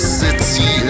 city